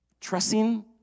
trusting